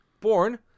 born